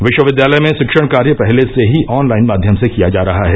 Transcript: विश्वविद्यालय में शिक्षण कार्य पहले से ही ऑनलाइन माध्यम से किया जा रहा है